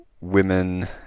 women